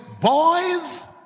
boys